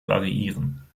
variieren